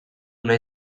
nahi